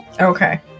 Okay